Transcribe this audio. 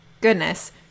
Goodness